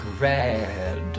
red